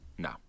No